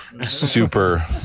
Super